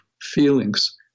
feelings